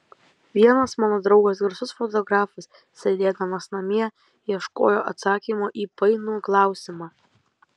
vienas mano draugas garsus fotografas sėdėdamas namie ieškojo atsakymo į painų klausimą